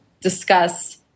discuss